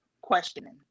questioning